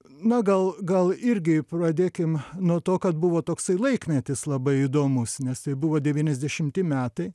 na gal gal irgi pradėkim nuo to kad buvo toksai laikmetis labai įdomus nes tai buvo devyniasdešimti metai